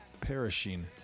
perishing